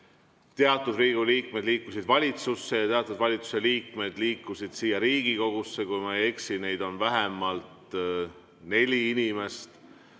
teatud Riigikogu liikmed liikusid valitsusse ja teatud valitsuse liikmed liikusid siia Riigikogusse, kui ma ei eksi, neid on vähemalt neli inimest,